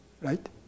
Right